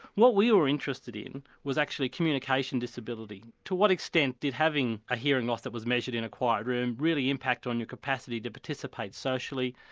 what we were interested in was actually communication disability, to what extent did having a hearing loss that was measured in a quiet room really impact on your capacity to participate socially,